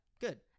good